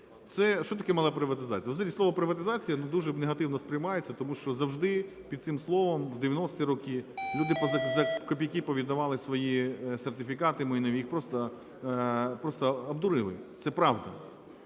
Що таке мала приватизація? Взагалі слово "приватизація", ну, дуже негативно сприймається, тому що завжди під цим словом… в 90-і роки люди за копійки повіддавали свої сертифікати майнові, їх просто обдурили. Це правда.